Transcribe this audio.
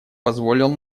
позволил